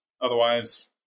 Otherwise